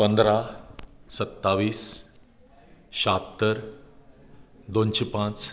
पंदरा सत्तावीस शात्तर दोनशें पांच